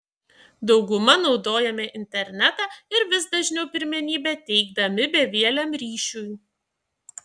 dauguma naudojame internetą ir vis dažniau pirmenybę teikdami bevieliam ryšiui